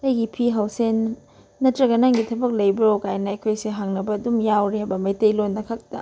ꯑꯩꯒꯤ ꯐꯤ ꯍꯧꯁꯦ ꯅꯠꯇ꯭ꯔꯒ ꯅꯒꯒꯤ ꯊꯕꯛ ꯂꯩꯕ꯭ꯔꯣ ꯀꯥꯏꯅ ꯑꯩꯈꯣꯏꯁꯦ ꯍꯪꯅꯕ ꯑꯗꯨꯝ ꯌꯥꯎꯔ ꯍꯥꯏꯕ ꯃꯩꯇꯩꯂꯣꯟꯗ ꯈꯛꯇ